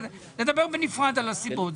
נדבר בנפרד על הסיבות.